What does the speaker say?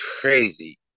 crazy